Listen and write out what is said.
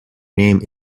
name